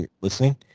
listening